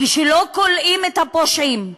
כשלא כולאים את הפושעים,